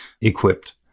equipped